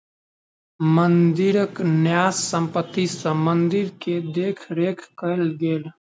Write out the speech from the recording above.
मंदिरक न्यास संपत्ति सॅ मंदिर के देख रेख कएल गेल